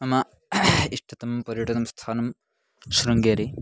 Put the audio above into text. मम इष्टतमं पर्यटनं स्थानं शृङ्गेरि